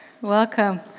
Welcome